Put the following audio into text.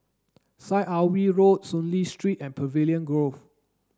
Syed Alwi Road Soon Lee Street and Pavilion Grove